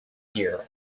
here